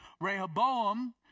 Rehoboam